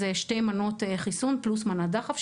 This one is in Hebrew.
זה שתי מנות חיסון פלוס מנת דחף,